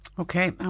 Okay